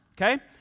Okay